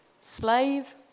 Slave